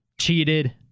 cheated